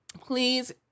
Please